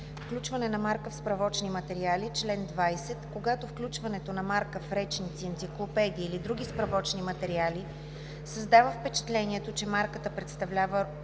„Включване на марка в справочни материали Чл. 20. Когато включването на марка в речници, енциклопедии или други справочни материали създава впечатлението, че марката представлява